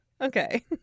Okay